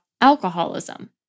alcoholism